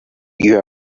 you